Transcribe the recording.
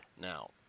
now